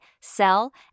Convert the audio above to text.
sell